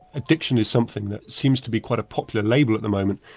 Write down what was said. addiction is something that seems to be quite a popular label at the moment,